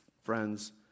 friends